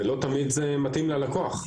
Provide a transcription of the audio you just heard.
ולא תמיד זה מתאים ללקוח.